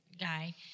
guy